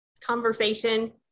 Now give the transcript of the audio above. conversation